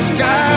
Sky